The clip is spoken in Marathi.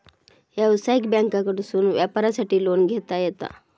व्यवसायिक बँकांकडसून व्यापारासाठी लोन घेता येता